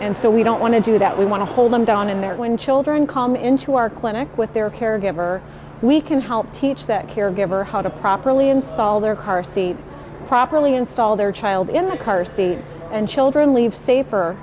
and so we don't want to do that we want to hold them down in that when children come into our clinic with their caregiver we can help teach that caregiver how to properly install their car seat properly installed their child in the car seat and children leave safer